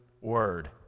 word